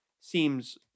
seems